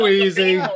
easy